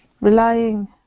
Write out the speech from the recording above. Relying